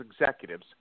executives